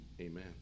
amen